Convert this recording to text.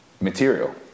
material